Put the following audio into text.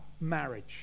marriage